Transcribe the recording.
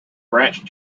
branch